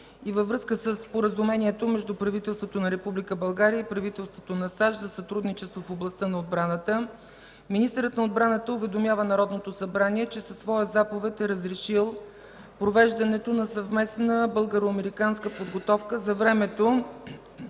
във връзка със Споразумението между правителството на Република България и правителството на САЩ за сътрудничество в областта на отбраната, министърът на отбраната уведомява Народното събрание, че със своя заповед е разрешил провеждането на съвместна българо-американска подготовка за времето